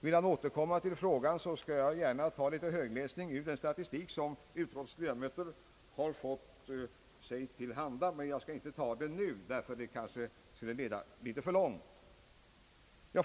Vill han återkomma till frågan, skall jag gärna utföra litet högläsning här från talarstolen ur den statistik som utskottsledamöterna fått sig till handa. Jag skall dock inte göra det nu, ty det skulle kanske leda litet för långt.